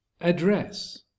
address